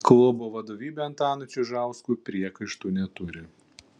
klubo vadovybė antanui čižauskui priekaištų neturi